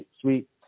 sweet